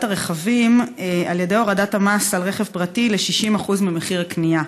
כלי הרכב על ידי הורדת המס על רכב פרטי ל-60% ממחיר הקנייה,